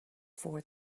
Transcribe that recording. for